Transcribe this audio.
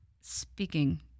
speaking